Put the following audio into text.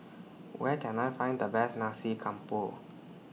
Where Can I Find The Best Nasi Campur